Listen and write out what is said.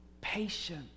patience